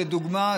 זו דוגמה,